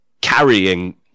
carrying